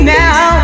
now